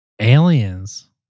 Aliens